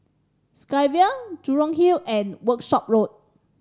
Sky Vue Jurong Hill and Workshop Road